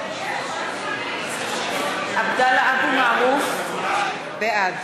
(קוראת בשמות חברי הכנסת) עבדאללה אבו מערוף, בעד